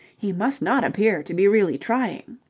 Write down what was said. he must not appear to be really trying.